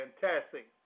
fantastic